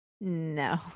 No